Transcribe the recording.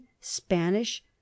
Spanish